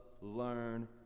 learn